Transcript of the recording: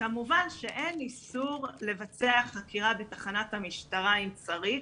כמובן שאין איסור לבצע חקירה בתחנת המשטרה אם צריך.